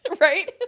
right